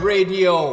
Radio